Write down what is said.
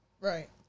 Right